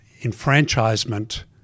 enfranchisement